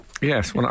Yes